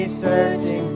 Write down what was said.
searching